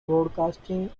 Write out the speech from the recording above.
broadcasting